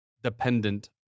dependent